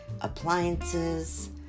Appliances